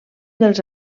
dels